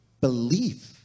belief